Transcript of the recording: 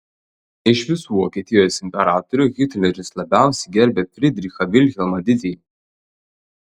iš visų vokietijos imperatorių hitleris labiausiai gerbė fridrichą vilhelmą didįjį